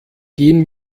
gehen